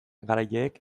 garaileek